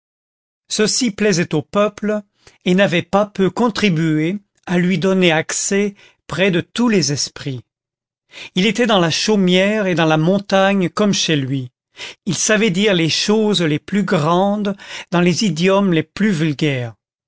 ceci plaisait au peuple et n'avait pas peu contribué à lui donner accès près de tous les esprits il était dans la chaumière et dans la montagne comme chez lui il savait dire les choses les plus grandes dans les idiomes les plus vulgaires